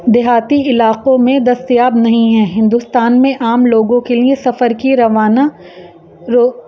دیہاتی علاقوں میں دستیاب نہیں ہیں ہندوستان میں عام لوگوں کے لیے سفر کی روانہ رو